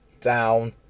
down